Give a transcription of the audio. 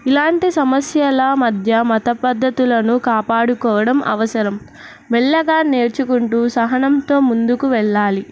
ఇలాంటి సమస్యల మధ్య మత పద్ధతులను కాపాడుకోవడం అవసరం మెల్లగా నేర్చుకుంటూ సహనంతో ముందుకు వెళ్ళాలి